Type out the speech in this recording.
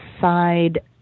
side